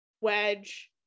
Wedge